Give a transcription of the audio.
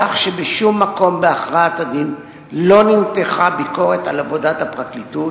כך שבשום מקום בהכרעת-הדין לא נמתחה ביקורת על עבודת הפרקליטות,